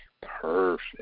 perfect